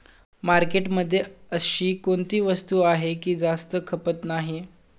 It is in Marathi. मार्केटमध्ये अशी कोणती वस्तू आहे की जास्त खपत नाही?